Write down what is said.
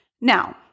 Now